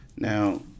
Now